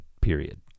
period